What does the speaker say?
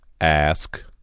Ask